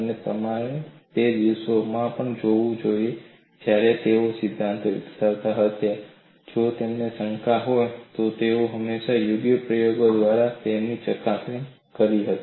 અને તમારે તે દિવસોમાં પણ જોવું જોઈએ જ્યારે તેઓ સિદ્ધાંતો વિકસાવતા હતા જો તેમને શંકા હોય તો તેઓએ હંમેશા યોગ્ય પ્રયોગો દ્વારા તેની ચકાસણી કરી હતી